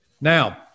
Now